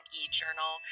e-journal